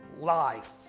life